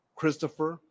Christopher